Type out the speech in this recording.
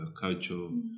cultural